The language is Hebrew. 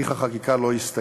הליך החקיקה לא הסתיים,